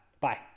Bye